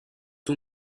two